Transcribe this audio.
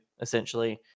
essentially